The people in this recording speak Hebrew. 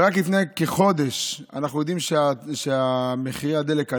אנחנו יודעים שרק לפני כחודש מחירי הדלק עלו,